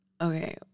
Okay